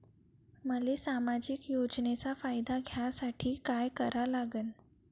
मले सामाजिक योजनेचा फायदा घ्यासाठी काय करा लागन?